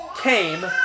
came